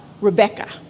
Rebecca